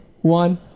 One